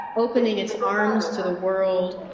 opening its arms to the world.